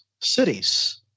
cities